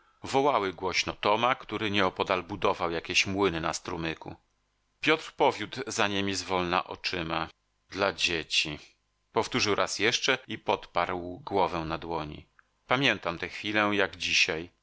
wołały głośno toma który nieopodal budował jakieś młyny na strumyku piotr powiódł za niemi zwolna oczyma dla dzieci powtórzył raz jeszcze i podparł głowę na dłoni pamiętam tę chwilę jak dzisiaj